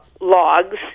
logs